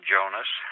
Jonas